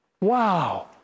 wow